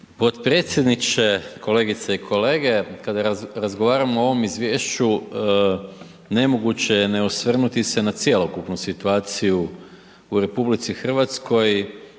potpredsjedniče, kolegice i kolege, kada razgovaramo o ovom izvješću ne moguće je ne osvrnuti se na cjelokupnu situaciju u RH i pitanje